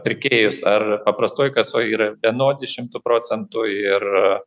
pirkėjus ar paprastoj kasoj yra vienodi šimtu procentų ir